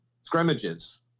scrimmages